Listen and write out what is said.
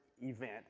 event